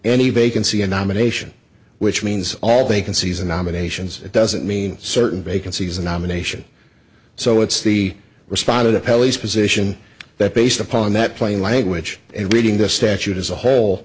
any vacancy a nomination which means all vacancies and nominations it doesn't mean certain vacancies a nomination so it's the responded to pelleas position that based upon that plain language and reading the statute as a whole